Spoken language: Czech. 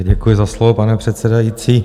Děkuji za slovo, pane předsedající.